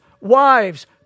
wives